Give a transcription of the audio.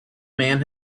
man